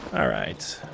alright.